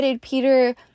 Peter